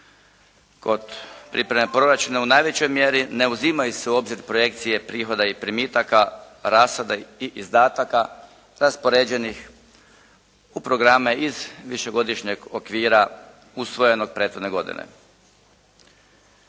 Kod pripreme proračuna u najvećoj mjeri ne uzimaju se obzir projekcije prihoda i primitaka, rashoda i izdataka, raspoređenih u programe iz višegodišnjeg okvira usvojenog prethodne godine.